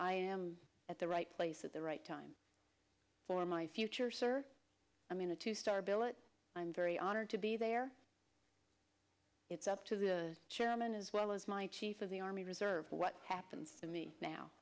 i am at the right place at the right time for my future sir i mean a two star billet i'm very honored to be there it's up to the chairman as well as my chief of the army reserve what happens